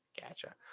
Gotcha